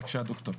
בבקשה דוקטור.